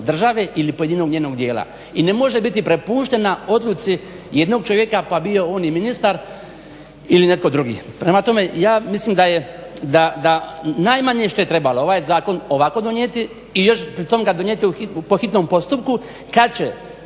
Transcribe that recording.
države ili pojedinog njenog dijela. I ne može biti prepuštena odluci jednog čovjeka pa bio on i ministar ili netko drugi. Prema tome, ja mislim da najmanje što je trebalo ovaj zakon lako donijeti i još pritom ga donijeti po hitnom postupku kad će